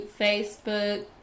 Facebook